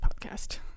podcast